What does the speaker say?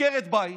עקרת בית,